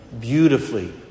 beautifully